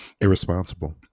irresponsible